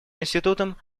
институтом